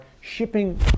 shipping